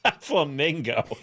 Flamingo